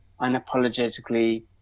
unapologetically